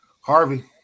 Harvey